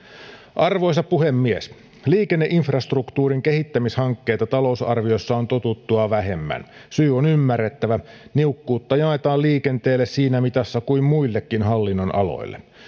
arvoisa puhemies liikenneinfrastruktuurin kehittämishankkeita talousarviossa on totuttua vähemmän syy on ymmärrettävä niukkuutta jaetaan liikenteelle siinä mitassa kuin muillekin hallinnonaloille